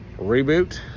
reboot